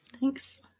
thanks